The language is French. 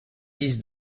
dix